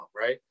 right